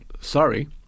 sorry